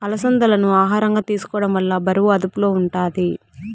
అలసందాలను ఆహారంగా తీసుకోవడం వల్ల బరువు అదుపులో ఉంటాది